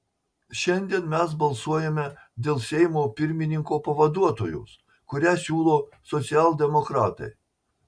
šiandien mes balsuojame dėl seimo pirmininko pavaduotojos kurią siūlo socialdemokratai